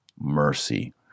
mercy